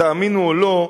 תאמינו או לא,